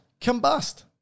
Combust